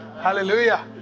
hallelujah